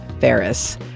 Ferris